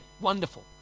Wonderful